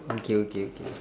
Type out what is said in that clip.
okay okay okay